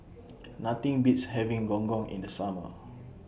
Nothing Beats having Gong Gong in The Summer